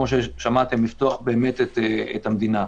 לפתוח את המדינה.